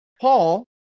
Paul